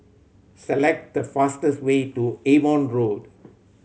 select the fastest way to Avon Road